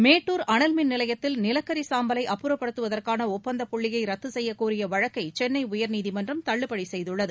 மேட்டுர் அனல் மின் நிலையத்தில் நிலக்கரி சாம்பலை அப்புறப்படுத்துவதற்கான ஒப்பந்தப்புள்ளியை ரத்து செய்யக்கோரிய வழக்கை சென்னை உயர்நீதிமன்றம் தள்ளுபடி செய்துள்ளது